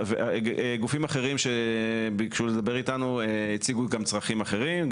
גופים אחרים שביקשו לדבר איתנו הציגו גם צרכים אחרים,